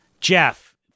Jeff